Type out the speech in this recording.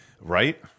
Right